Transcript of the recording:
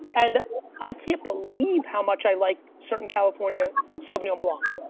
and i can't believe how much i like certain california sauvignon blanc.